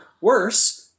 worse